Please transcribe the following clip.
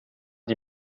die